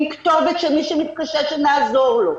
עם כתובת שמי שמתקשה שנעזור לו,